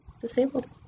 disabled